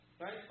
right